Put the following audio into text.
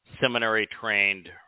seminary-trained